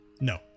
No